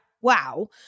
Wow